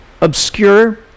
obscure